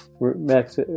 Max